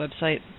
website